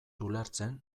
ulertzen